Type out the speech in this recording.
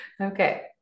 Okay